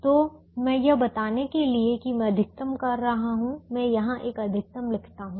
तो मैं यह बताने के लिए कि मैं अधिकतम कर रहा हूं मैं यहां एक अधिकतम लिखता हूं